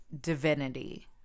divinity